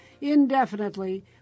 indefinitely